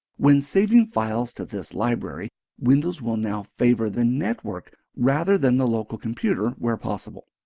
when saving files to this library windows will now favor the network rather than the local computer where possible.